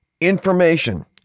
information